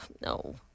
no